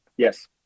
Yes